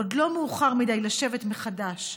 עוד לא מאוחר מדי לשבת מחדש,